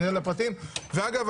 ואגב,